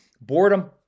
Boredom